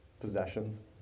possessions